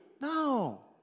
No